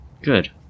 Good